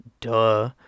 duh